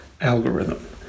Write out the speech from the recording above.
algorithm